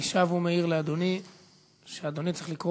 אני שב ומעיר לאדוני שאדוני צריך לקרוא